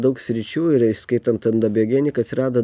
daug sričių ir įskaitant andobiogeniką atsirado